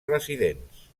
residents